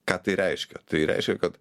ką tai reiškia tai reiškia kad